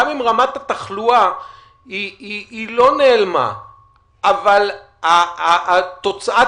גם אם רמת התחלואה לא נעלמה אבל תוצאת